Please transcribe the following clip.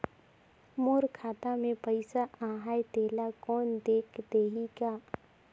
मोर खाता मे पइसा आहाय तेला कोन देख देही गा?